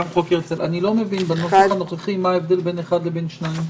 אני לא מבין בנוסח הנוכחי מה ההבדל בין (1) ל-(2)?